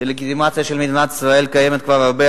דה-לגיטימציה של מדינת ישראל קיימת כבר הרבה,